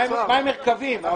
מה עם מרכבים?